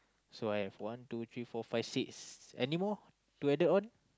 so I have one two three four five six any more to added on